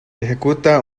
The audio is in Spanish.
ejecuta